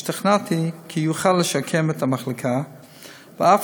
השתכנעתי כי הוא יוכל לשקם את המחלקה ואף